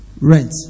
rent